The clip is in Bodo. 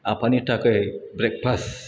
आफानि थाखै ब्रेकपास्ट